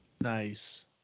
Nice